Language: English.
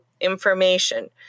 information